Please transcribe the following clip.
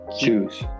choose